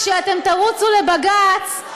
כשאתם תרוצו לבג"ץ,